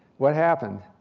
what happened?